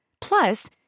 Plus